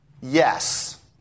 Yes